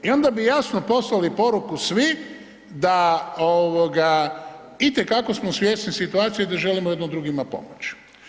I onda bi jasno poslali poruku svi da ovoga itekako smo svjesni situacije i da želimo jedni drugima pomoć.